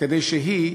כדי שהיא,